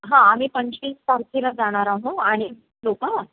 हां आम्ही पंचवीस तारखेला जाणार आहो आणि लोक